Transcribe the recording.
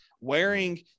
wearing